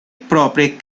proprie